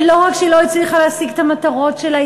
ולא רק שהיא לא הצליחה להשיג את המטרות שלה,